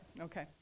Okay